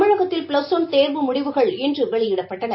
தமிழகத்தில் plus one தேர்வு முடிவுகள் இன்று வெளியிடப்பட்டன